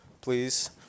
please